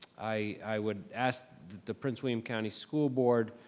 i would ask the prince william county school board,